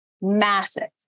Massive